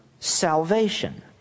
salvation